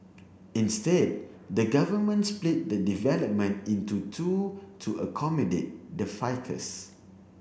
instead the government split the development in to two to accommodate the ficus